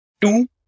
Two